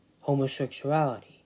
homosexuality